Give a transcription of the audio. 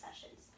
sessions